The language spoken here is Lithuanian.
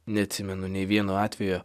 neatsimenu nei vieno atvejo